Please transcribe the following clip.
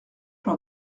par